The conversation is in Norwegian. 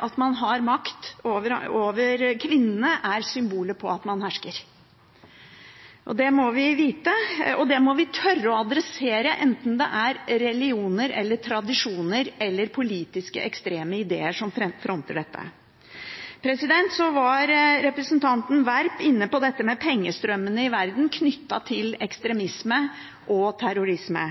at man har makt over kvinnene, symbolet på at man hersker. Det må vi vite, og det må vi tørre å adressere enten det er religioner eller tradisjoner eller politiske, ekstreme ideer som fronter dette. Så var representanten Werp inne på pengestrømmene i verden knyttet til ekstremisme og terrorisme.